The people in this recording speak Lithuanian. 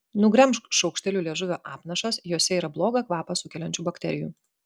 nugremžk šaukšteliu liežuvio apnašas jose yra blogą kvapą sukeliančių bakterijų